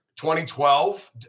2012